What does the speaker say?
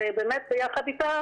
ובאמת ביחד איתה